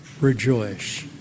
rejoice